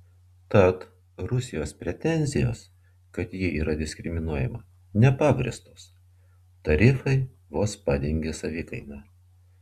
tad rusijos pretenzijos kad ji yra diskriminuojama nepagrįstos tarifai vos padengia savikainą